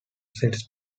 sets